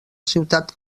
ciutat